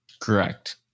correct